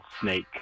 Snake